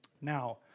Now